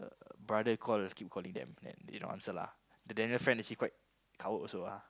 brother call keep calling them then they don't answer lah the Daniel friend actually quite coward also lah